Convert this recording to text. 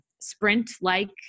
sprint-like